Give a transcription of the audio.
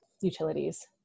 utilities